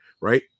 right